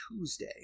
Tuesday